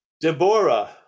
Deborah